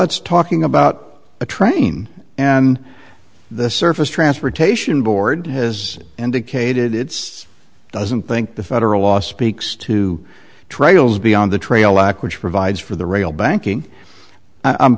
it's talking about a train and the surface transportation board has indicated it's doesn't think the federal law speaks to trails beyond the trail act which provides for the rail banking i'm